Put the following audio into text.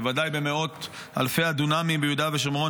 בוודאי במאות אלפי הדונמים ביהודה ושומרון,